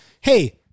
Hey